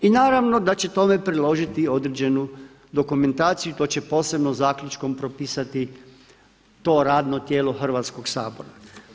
I naravno da će tome priložiti određenu dokumentaciju i to će posebno zaključkom propisati to radno tijelo Hrvatskoga sabora.